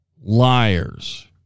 liars